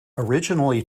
originally